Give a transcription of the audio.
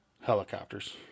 Helicopters